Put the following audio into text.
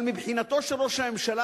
אבל מבחינתו של ראש הממשלה,